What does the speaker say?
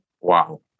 Wow